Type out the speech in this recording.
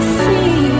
see